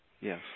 Yes